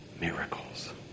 miracles